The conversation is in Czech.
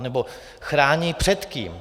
Nebo chrání před kým?